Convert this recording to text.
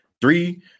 three